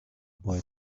boy